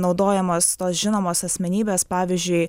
naudojamos tos žinomos asmenybės pavyzdžiui